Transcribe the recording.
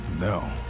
No